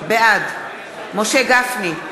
בעד משה גפני,